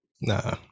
nah